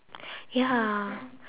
ya